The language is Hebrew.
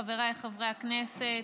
חבריי חברי הכנסת,